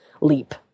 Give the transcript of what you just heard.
leap